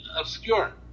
obscure